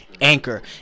Anchor